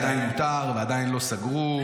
זה עדיין מותר ועדיין לא סגרו.